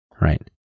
Right